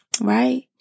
right